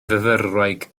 fyfyrwraig